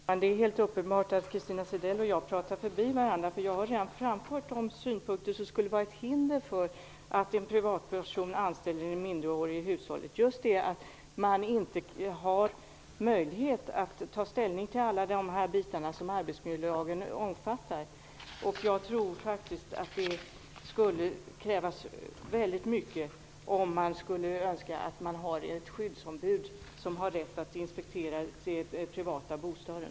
Herr talman! Det är helt uppenbart att Christina Zedell och jag pratar förbi varandra. Jag har redan framfört de synpunkter som skulle vara ett hinder för att en privatperson anställer en minderårig i hushållet. Det handlar just om att man inte har möjlighet att ta ställning till alla de delar som arbetsmiljölagen omfattar. Jag tror faktiskt att det skulle krävas väldigt mycket om man skulle önska sig ett skyddsombud som har rätt att inspektera i den privata bostaden.